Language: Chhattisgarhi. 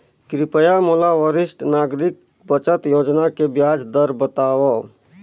कृपया मोला वरिष्ठ नागरिक बचत योजना के ब्याज दर बतावव